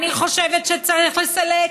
אני חושבת שצריך לסלק.